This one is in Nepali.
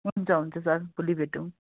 हुन्छ हुन्छ सर भोलि भेटौँ